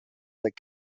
that